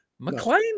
McClain